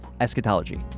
Eschatology